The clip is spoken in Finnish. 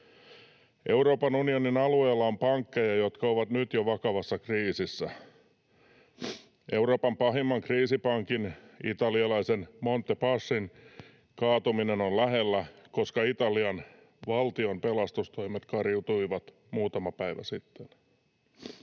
Euroopan unionin alueella on pankkeja, jotka ovat nyt jo vakavassa kriisissä. Euroopan pahimman kriisipankin, italialaisen Monte dei Paschin kaatuminen on lähellä, koska Italian valtion pelastustoimet kariutuivat muutama päivä sitten.